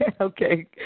Okay